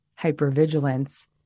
hypervigilance